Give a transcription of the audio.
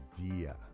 idea